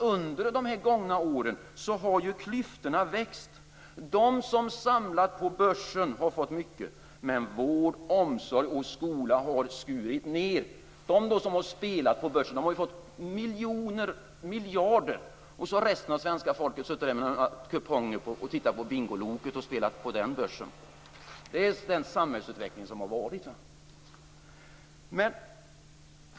Under de gångna åren har nämligen klyftorna växt. De som samlat på börsen har fått mycket, men vård, omsorg och skola har skurits ned. De som har spelat på börsen har fått miljoner, ja miljarder, medan resten av svenska folket har suttit med sina kuponger och tittat på Loket och Bingolotto och spelat på den börsen. Det är den samhällsutveckling som har varit.